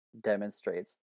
demonstrates